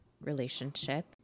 relationship